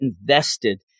invested